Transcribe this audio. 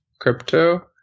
crypto